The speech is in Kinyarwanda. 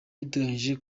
biteganyijwe